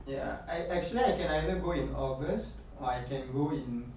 ya I actually I can either go in august or I can go in